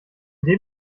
dem